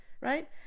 right